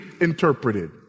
interpreted